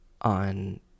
on